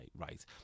right